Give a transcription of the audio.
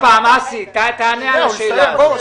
אסי, תענה שוב על השאלה.